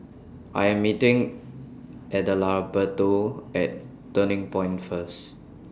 I Am meeting Adalberto At Turning Point First